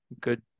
Good